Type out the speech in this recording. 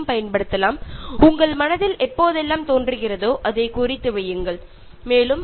നിങ്ങൾക്ക് ഓർമ വരുന്ന മുറയ്ക്ക് എഴുതി വെക്കുകയും അത് പൂർത്തിയായതിനുശേഷം മായ്ച്ചുകളയുകയും ചെയ്യാം